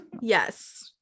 yes